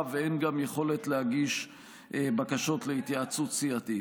ואין גם יכולת להגיש בקשות להתייעצות סיעתית.